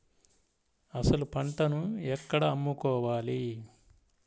అసలు పంటను ఎక్కడ అమ్ముకోవాలి?